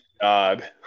god